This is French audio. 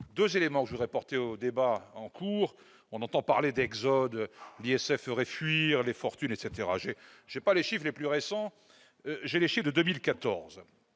deux éléments au débat en cours. On entend parler d'exode. L'ISF ferait fuir les fortunes ... Je n'ai pas les chiffres les plus récents, j'ai les chiffres de 2014.